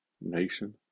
nation